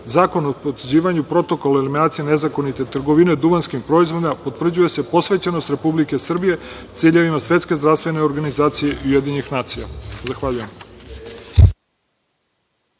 Zakonom o potvrđivanju Protokola o eliminaciji nezakonite trgovine duvanskim proizvodima potvrđuje se posvećenost Republike Srbije ciljevima Svetske zdravstvene organizacije UN. Zahvaljujem.